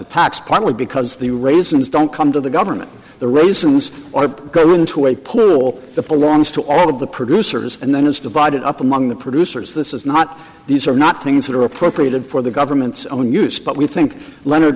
tax partly because the raisins don't come to the government the reasons or go into a pool the full arms to all of the producers and then it's divided up among the producers this is not these are not things that are appropriated for the government's own use but we think leonard